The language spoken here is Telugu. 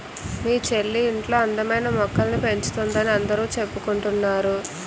మీ చెల్లి ఇంట్లో అందమైన మొక్కల్ని పెంచుతోందని అందరూ చెప్పుకుంటున్నారు